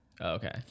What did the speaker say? Okay